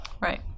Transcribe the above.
Right